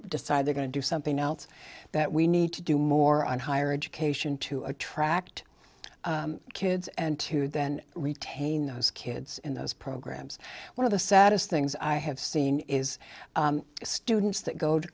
decide they're going to do something else that we need to do more on higher education to attract kids and to then retain those kids in those programs one of the saddest things i have seen is students that go to